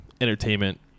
entertainment